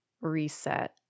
reset